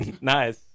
Nice